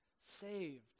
saved